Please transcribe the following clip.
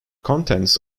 contents